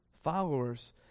followers